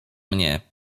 mnie